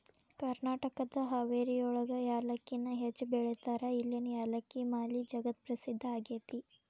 ಕರ್ನಾಟಕದ ಹಾವೇರಿಯೊಳಗ ಯಾಲಕ್ಕಿನ ಹೆಚ್ಚ್ ಬೆಳೇತಾರ, ಇಲ್ಲಿನ ಯಾಲಕ್ಕಿ ಮಾಲಿ ಜಗತ್ಪ್ರಸಿದ್ಧ ಆಗೇತಿ